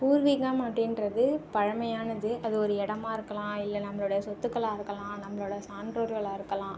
பூர்வீகம் அப்படின்றது பழமையானது அது ஒரு இடமா இருக்கலாம் இல்லை நம்மளோடய சொத்துகளாக இருக்கலாம் நம்மளோடய சான்றோர்களாக இருக்கலாம்